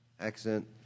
accent